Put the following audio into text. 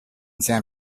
san